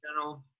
general